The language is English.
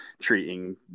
treating